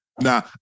Now